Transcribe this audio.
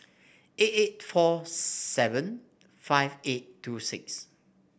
eight eight four seven five eight two six